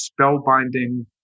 spellbinding